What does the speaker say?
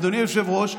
אדוני היושב-ראש,